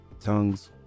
tongues